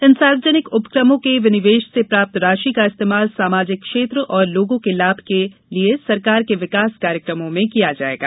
इन सार्वजनिक उपक्रमों के विनिवेश से प्राप्त राशि का इस्तेमाल सामाजिक क्षेत्र और लोगों के लाभ के लिए सरकार के विकास कार्यक्रमों में किया जाएगा